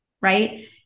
right